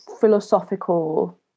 philosophical